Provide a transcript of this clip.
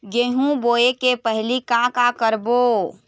गेहूं बोए के पहेली का का करबो?